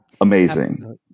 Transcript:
Amazing